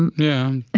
and yeah,